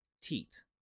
teat